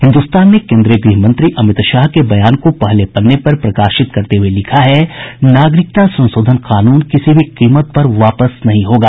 हिन्दुस्तान ने केन्द्रीय गृह मंत्री अमित शाह के बयान को पहले पन्ने पर प्रकाशित करते हुये लिखा है नागरिकता संशोधन कानून किसी भी कीमत पर वापस नहीं होगा